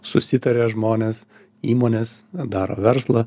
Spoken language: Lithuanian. susitaria žmones įmonės daro verslą